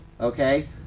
okay